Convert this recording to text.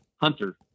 hunter